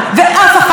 לשמור עליהן,